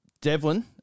Devlin